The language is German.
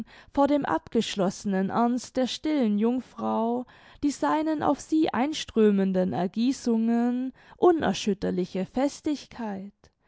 vor dem abgeschlossenen ernst der stillen jungfrau die seinen auf sie einströmenden ergießungen unerschütterliche festigkeit